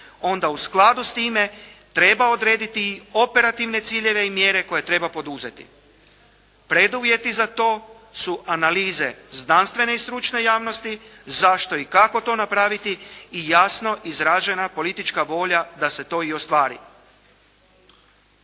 onda u skladu s time treba odrediti operativne ciljeve i mjere koje treba poduzeti. Preduvjeti za to su analize znanstvene i stručne javnosti, zašto i kako to napraviti i jasno izražena politička volja da se to i ostvari.